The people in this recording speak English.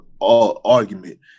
argument